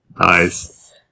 Nice